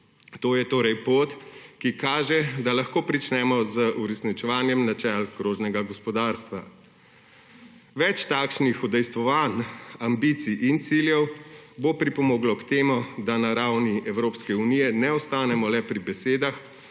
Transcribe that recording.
To je torej pot, ki kaže, da lahko pričnemo z uresničevanjem načel krožnega gospodarstva. Več takšnih udejstvovanj, ambicij in ciljev bo pripomoglo k temu, da na ravni Evropske unije ne ostanemo le pri besedah,